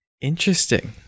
Interesting